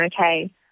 okay